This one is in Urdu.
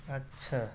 اچھا